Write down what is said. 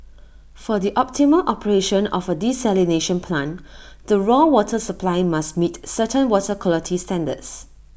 for the optimal operation of A desalination plant the raw water supply must meet certain water quality standards